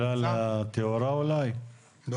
אז